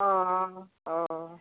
अह अह